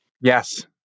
Yes